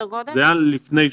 זה היה לפני שבועיים.